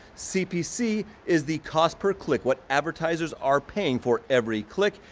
cpc is the cost per click what advertisers are paying for every click.